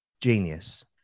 genius